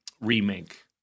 remake